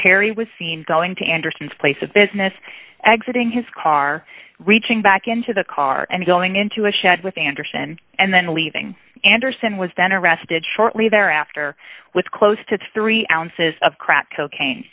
perry was seen going to anderson's place of business exiting his car reaching back into the car and going into a shed with anderson and then leaving anderson was then arrested shortly thereafter with close to three ounces of crack cocaine